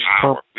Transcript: power